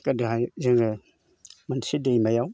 गोदोहाय जोङो मोनसे दैमायाव